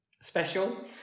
special